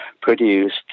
produced